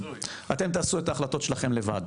אתם תעשו את ההחלטות שלכם לבד.